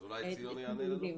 אז אולי ציון יענה לנו.